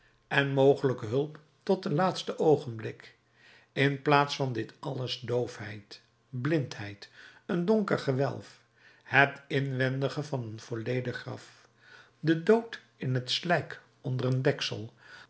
en mogelijke hulp tot den laatsten oogenblik in plaats van dit alles doofheid blindheid een donker gewelf het inwendige van een volledig graf de dood in het slijk onder een deksel